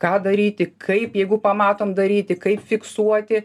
ką daryti kaip jeigu pamatom daryti kaip fiksuoti